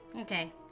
Okay